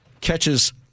catches